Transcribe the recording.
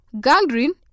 gangrene